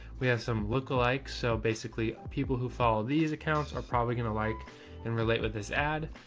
we have some lookalikes. so basically people who follow these accounts are probably going to like and relate with this ad.